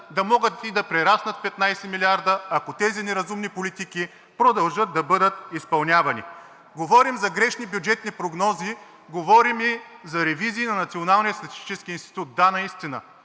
да могат и да прераснат в 15 милиарда, ако тези неразумни политики продължат да бъдат изпълнявани. Говорим за грешни бюджетни прогнози, говорим и за ревизии на Националния статистически институт. Да, наистина